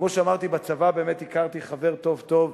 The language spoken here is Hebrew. כמו שאמרתי, בצבא באמת הכרתי חבר טוב-טוב,